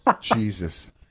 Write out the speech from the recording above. Jesus